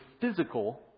physical